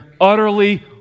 utterly